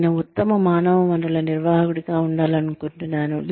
నేను ఉత్తమ మానవ వనరుల నిర్వాహకుడిగా ఉండాలనుకుంటున్నాను